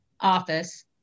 office